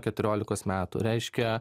keturiolikos metų reiškia